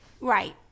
right